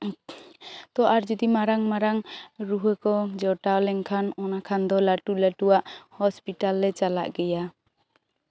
ᱛᱚ ᱟᱨ ᱡᱚᱫᱤ ᱢᱟᱨᱟᱝ ᱢᱟᱨᱟᱝ ᱨᱩᱣᱟᱹ ᱠᱚ ᱡᱚᱴᱟᱣ ᱞᱮᱱᱠᱷᱟᱱ ᱚᱱᱟ ᱠᱷᱟᱱ ᱫᱚ ᱞᱟᱹᱴᱩ ᱞᱟᱹᱴᱩᱣᱟᱜ ᱦᱚᱥᱯᱤᱴᱟᱞ ᱞᱮ ᱪᱟᱞᱟᱜ ᱜᱮᱭᱟ